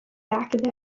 back